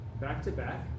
back-to-back